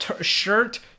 shirt